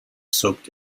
soaked